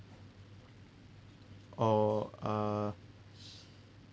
or uh